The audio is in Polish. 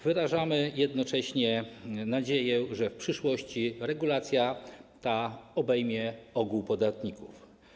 Wyrażamy jednocześnie nadzieję, że w przyszłości regulacja ta obejmie ogół podatników.